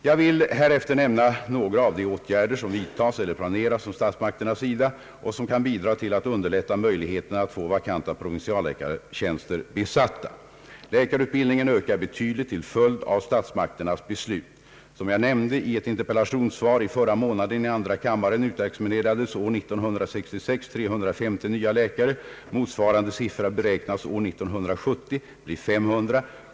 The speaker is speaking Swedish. Jag vill härefter nämna några av de åtgärder som vidtas eller planeras från statsmakternas sida och som kan bidra till att underlätta möjligheterna att få vakanta provinsialläkartjänster besatta. Läkarutbildningen ökar betydligt till följd av statsmakternas beslut. Som jag nämnde i ett interpellationssvar i förra månaden i andra kammaren utexaminerades år 1966 350 nya läkare. Motsvarande siffra beräknas år 1970 bli 500.